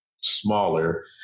smaller